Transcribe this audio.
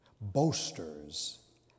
boasters